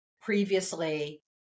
previously